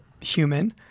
human